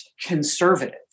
conservative